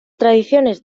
tradiciones